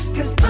Cause